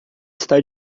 está